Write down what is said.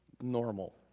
Normal